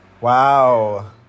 Wow